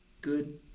good